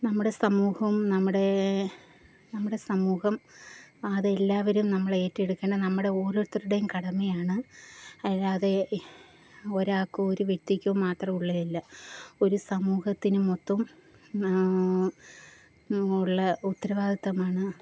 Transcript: നമ്മുടെ സമൂഹവും നമ്മുടെ നമ്മുടെ സമൂഹം അതെല്ലാവരും നമ്മളേറ്റെടുക്കണം നമ്മുടെ ഓരോരുത്തരുടെയും കടമയാണ് അല്ലാതെ ഒരാൾക്കോ ഒരു വ്യക്തിക്കോ മാത്രം ഉള്ളതല്ല ഒരു സമൂഹത്തിനു മൊത്തം ഉള്ള ഉത്തരവാദിത്ത്വമാണ്